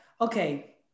Okay